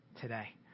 today